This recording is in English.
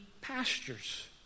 pastures